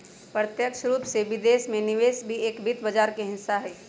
प्रत्यक्ष रूप से विदेश में निवेश भी एक वित्त बाजार के हिस्सा हई